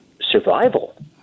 survival